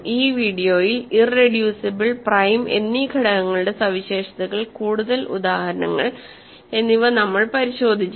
ഈ വീഡിയോയിൽ irreducible prime എന്നീ ഘടകങ്ങളുടെ സവിശേഷതകളുടെ കൂടുതൽ ഉദാഹരണങ്ങൾ നമ്മൾ പരിശോധിച്ചു